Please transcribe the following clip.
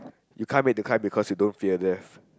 you can't make the climb because you don't death